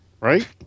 Right